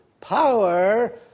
power